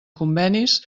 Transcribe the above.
convenis